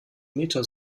meta